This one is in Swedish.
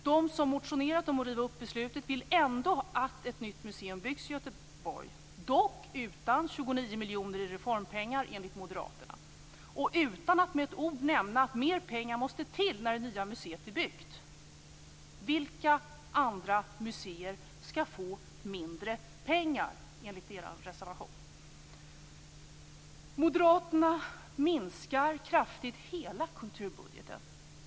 De som har motionerat om att riva upp beslutet vill ändå att ett nytt museum byggs i Göteborg, dock utan 29 miljoner i reformpengar, enligt moderaterna. Det nämns inte heller ett ord om att mer pengar måste till när det nya museet är byggt. Vilka andra museer skall få mindre pengar enligt er reservation? Moderaterna vill minska kraftigt på hela kulturbudgeten.